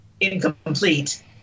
incomplete